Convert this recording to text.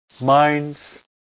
minds